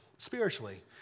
spiritually